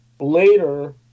later